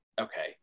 okay